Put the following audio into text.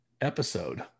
episode